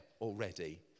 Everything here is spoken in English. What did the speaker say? already